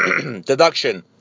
deduction